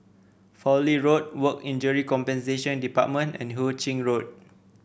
Fowlie Road Work Injury Compensation Department and Hu Ching Road